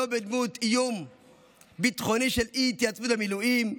לא בדמות איום ביטחוני של אי-התייצבות למילואים,